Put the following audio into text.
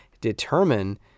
determine